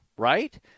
Right